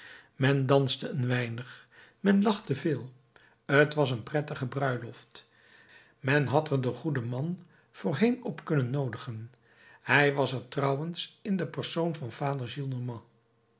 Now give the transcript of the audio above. men danste een weinig men lachte veel t was een prettige bruiloft men had er den goeden man voorheen op kunnen noodigen hij was er trouwens in den persoon van vader